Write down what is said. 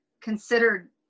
considered